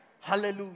Hallelujah